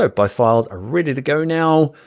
ah my files are ready to go now.